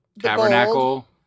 Tabernacle